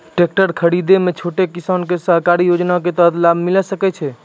Tractor खरीदै मे छोटो किसान के सरकारी योजना के तहत लाभ मिलै सकै छै?